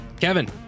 kevin